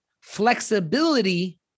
flexibility